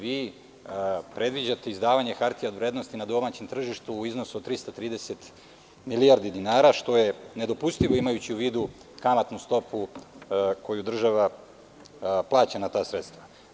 Vi predviđate izdavanje hartija od vrednosti na domaćem tržištu u vrednosti od 330 milijardi dinara što je nedopustivo imajući u vidu kamatnu stopu koju država plaća na ta sredstva.